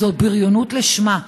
זו בריונות לשמה.